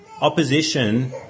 opposition